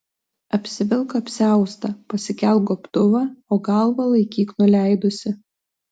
apsivilk apsiaustą pasikelk gobtuvą o galvą laikyk nuleidusi